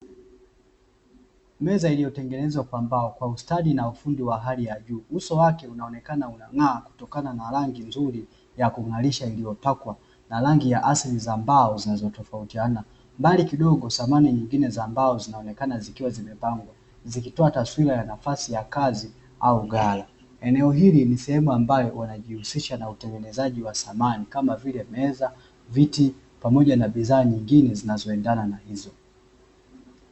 Meza iliyotengenezwa kwa mbao, kwa ustadi na ufundi wa hali ya juu, uso wake unaonekana unang'aa kutokana na rangi nzuri ya kung'arisha iliyopakwa na rangi ya asili za mbao zinazotofautiana, mbali kidogo samani nyingine za mbao zikionekana zikiwa zimepangwa, zikitoa taswira za nafasi ya kazi au ghala. Eneo hili ni sehemu ambayo wanajihusisha na utengenezaji wa samani kama vile meza, viti pamoja na bidhaa nyingine zinazoendana na hizo .